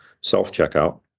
self-checkout